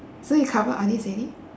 so you covered all this already